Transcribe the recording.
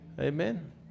Amen